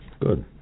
Good